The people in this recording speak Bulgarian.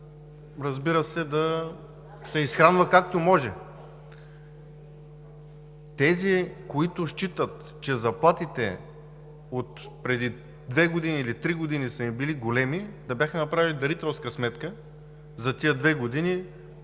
работа и да се изхранва както може. Онези, които считат, че заплатите отпреди две или три години са им били големи, да бяха направили дарителска сметка за тези две години